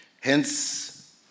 Hence